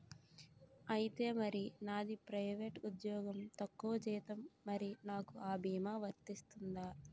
ఐతే మరి నాది ప్రైవేట్ ఉద్యోగం తక్కువ జీతం మరి నాకు అ భీమా వర్తిస్తుందా?